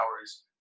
hours